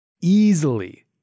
Easily